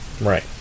right